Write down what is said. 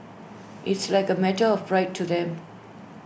it's like A matter of pride to them